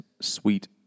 sweet